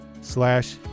slash